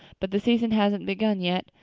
but the season hasn't begun yet.